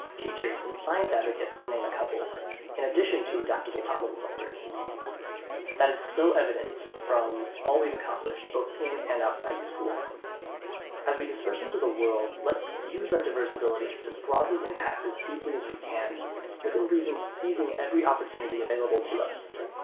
teachers and science advocates to name people in addition to adaptable problem solvers that is so evident from all we've accomplished both in and outside school as we dispersed into the world. let's use our diverse abilities to broadly impact as deeply as we can within reason seizing every opportunity available to us.